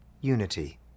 unity